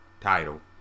title